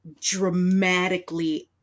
dramatically